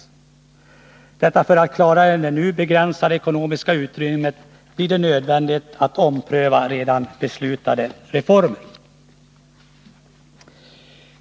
För att man skall klara verksamheten inom det nu begränsade ekonomiska utrymmet, blir det nödvändigt att ompröva redan beslutade reformer.